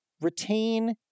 retain